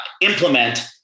implement